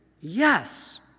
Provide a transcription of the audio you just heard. Yes